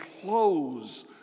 clothes